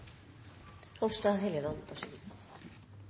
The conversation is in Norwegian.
Hofstad Helleland,